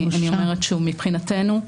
אני אומרת שוב: מבחינתנו,